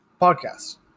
podcast